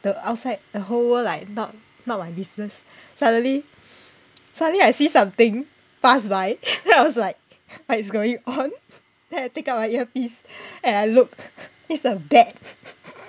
the outside a whole world like not not my business suddenly suddenly I see something pass by then I was like what is going on then I take out my earpiece and I look it's a bat